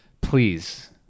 please